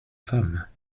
femme